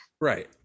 Right